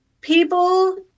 People